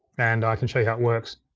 and i can show you how it works.